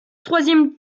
troisième